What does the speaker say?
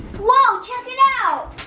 whoa, check it out!